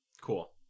Cool